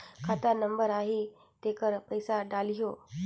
खाता नंबर आही तेकर पइसा डलहीओ?